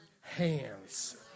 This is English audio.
hands